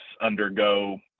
undergo